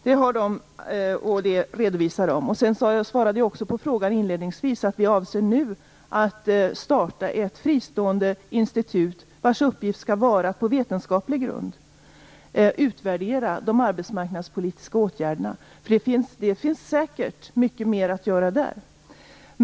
Denna utvärdering redovisar AMS. Jag svarade också inledningsvis att vi nu avser att starta ett fristående institut vars uppgift skall vara att på vetenskaplig grund utvärdera de arbetsmarknadspolitiska åtgärderna, för det finns säkert mycket mer att göra där.